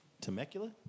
Temecula